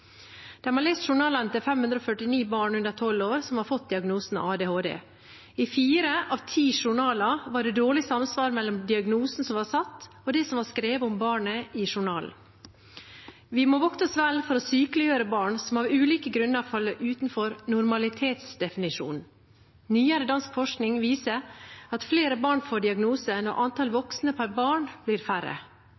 De har lest journalene til 549 barn under tolv år som har fått diagnosen ADHD. I fire av ti journaler var det dårlig samsvar mellom diagnosen som var satt, og det som var skrevet om barnet i journalen. Vi må vokte oss vel for å sykeliggjøre barn som av ulike grunner faller utenfor normalitetsdefinisjonen. Nyere dansk forskning viser at flere barn får